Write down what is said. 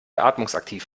atmungsaktiv